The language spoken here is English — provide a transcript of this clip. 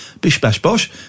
bish-bash-bosh